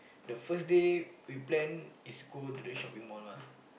the first day we plan is go to the shopping mall mah